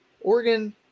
Oregon